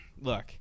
Look